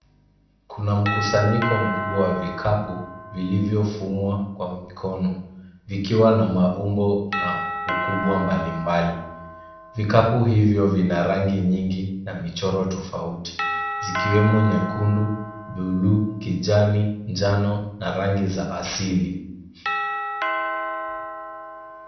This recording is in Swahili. Kuna mkusanyiko mkubwa wa vikapu vilivyofumwa kwa mikono vikiwa na maumbo na ukubwa mbalimbali. Vikapu hivyo vina rangi nyingi na michoro tofauti zikiwemo nyekundu, dhulu , kijani, njano na rangi za asili.